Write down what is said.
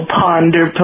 Ponder